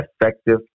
effective